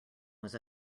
was